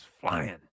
flying